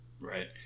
Right